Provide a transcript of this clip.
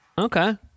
Okay